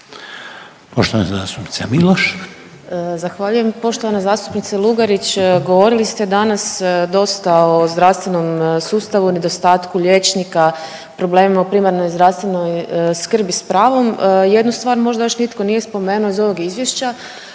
Poštovana zastupnica Miloš.